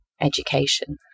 education